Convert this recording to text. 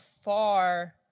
far